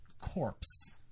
corpse